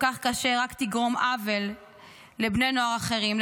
כך קשה רק תגרום עוול לבני נוער אחרים,